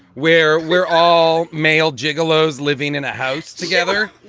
where we're all male. gigolo is living in a house together.